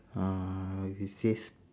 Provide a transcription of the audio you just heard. uh it says